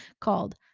called